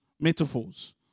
metaphors